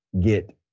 get